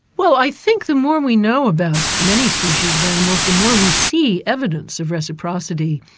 well i think the more we know about many species of animals, the more we see evidence of reciprocity.